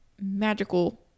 magical